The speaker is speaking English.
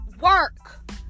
work